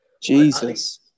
Jesus